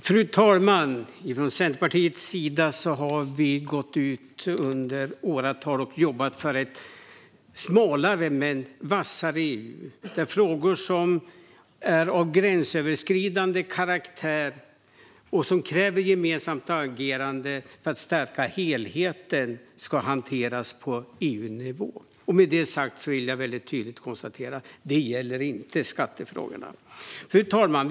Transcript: Fru talman! Från Centerpartiets sida har vi i åratal gått ut och jobbat för ett smalare men vassare EU, där frågor som är av gränsöverskridande karaktär och som kräver gemensamt agerande för att stärka helheter ska hanteras på EU-nivå. Med det sagt vill jag tydligt konstatera att detta inte gäller skattefrågorna. Fru talman!